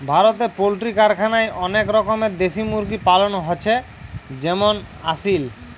ভারতে পোল্ট্রি কারখানায় অনেক রকমের দেশি মুরগি পালন হচ্ছে যেমন আসিল